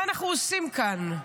מה אנחנו עושים כאן?